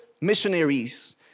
missionaries